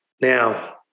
Now